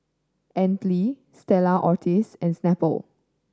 Anlene Stella Artois and Snapple